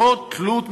זו תלות בממשלה,